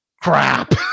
Crap